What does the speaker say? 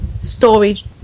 storage